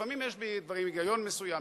לפעמים יש בדברים היגיון מסוים,